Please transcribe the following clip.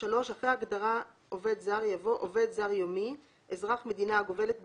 אחרי ההגדרה "עובד זר" יבוא: ""עובד זר יומי" אזרח מדינה הגובלת בישראל,